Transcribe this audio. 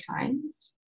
times